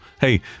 Hey